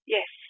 Yes